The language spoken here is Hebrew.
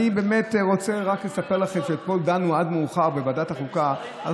אני רוצה רק לספר לכם שאתמול דנו עד מאוחר בוועדת החוקה על